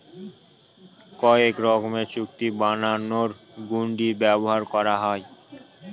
কয়েক রকমের চুক্তি বানানোর হুন্ডি ব্যবহার করা হয়